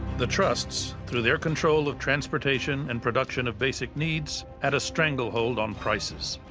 the trusts, through their control of transportation and production of basic needs, had a stranglehold on prices.